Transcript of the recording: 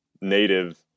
native